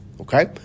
okay